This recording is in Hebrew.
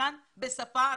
הצרכן עשה פרסום בשפה הרוסית?